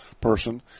person